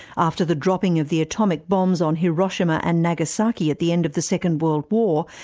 after the dropping of the atomic bombs on hiroshima and nagasaki at the end of the second world war,